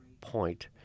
Point